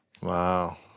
Wow